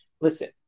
Listen